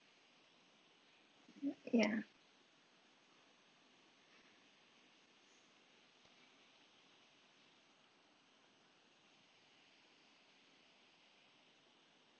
y~ ya